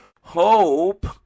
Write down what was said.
Hope